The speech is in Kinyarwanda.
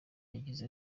yagize